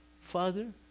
Father